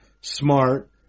Smart